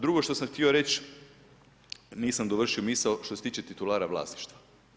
Drugo što sam htio reći, nisam dovršio misao, što se tiče titulara vlasništva.